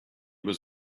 was